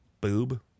Boob